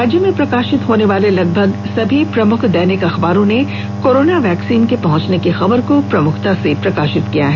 राज्य में प्रकाशित होने वाले लगभग सभी प्रमुख दैनिक अखबारों ने कारोना वैक्सीन के पहुंचने की खबर को प्राथमिकता के साथ प्रकाशित किया है